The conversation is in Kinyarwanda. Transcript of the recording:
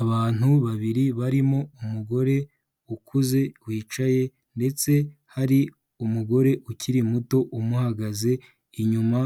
Abantu babiri barimo umugore ukuze wicaye ndetse hari umugore ukiri muto umuhagaze inyuma,